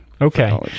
Okay